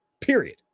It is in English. Period